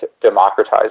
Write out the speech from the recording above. democratize